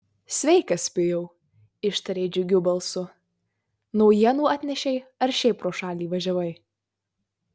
sveikas pijau ištarė džiugiu balsu naujienų atnešei ar šiaip pro šalį važiavai